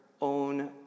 own